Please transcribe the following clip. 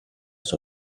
sua